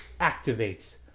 activates